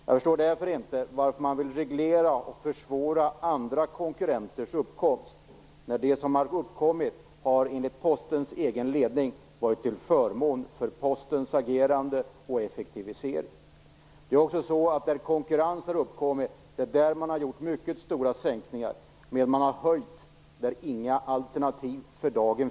Jag förstår inte varför man vill reglera och försvåra uppkomsten av andra konkurrenter, när de som har uppkommit enligt Postens ledning har varit till förmån för Postens agerande och effektivisering. Där konkurrens har uppkommit har man gjort mycket stora prissänkningar, medan man har höjt på de områden där inga alternativ finns för dagen.